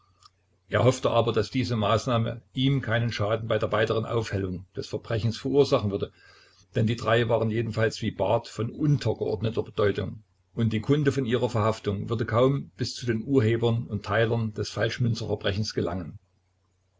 er hoffte aber daß diese maßnahme ihm keinen schaden bei der weiteren aufhellung des verbrechens verursachen würde denn die drei waren jedenfalls wie barth von untergeordneter bedeutung und die kunde von ihrer verhaftung würde kaum bis zu den urhebern und teilern des falschmünzerverbrechens gelangen